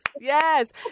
yes